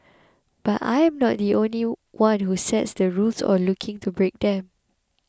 but I am not the one who sets the rules or looking to break them